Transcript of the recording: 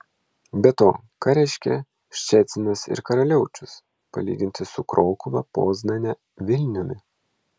be to ką reiškia ščecinas ir karaliaučius palyginti su krokuva poznane vilniumi